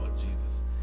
Jesus